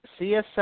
CSL